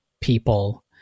people